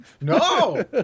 No